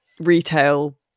Retail